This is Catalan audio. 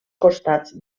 costats